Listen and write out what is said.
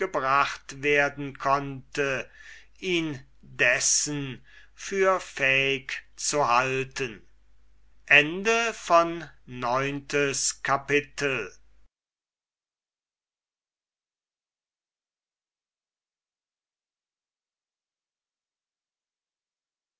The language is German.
gebracht werden konnte ihn dessen für fähig zu halten